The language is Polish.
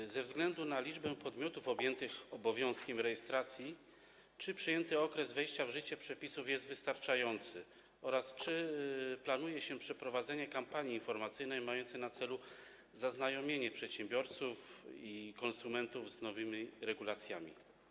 Czy ze względu na liczbę podmiotów objętych obowiązkiem rejestracji przyjęty okres wejścia w życie przepisów jest wystarczający oraz czy planuje się przeprowadzenie kampanii informacyjnej mającej na celu zaznajomienie przedsiębiorców i konsumentów z nowymi regulacjami?